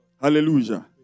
Hallelujah